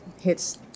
hits